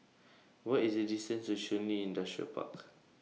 What IS The distance to Shun Li Industrial Park